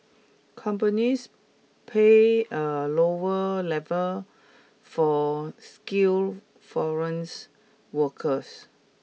companies pay a lower level for skilled foreign workers